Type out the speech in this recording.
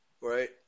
Right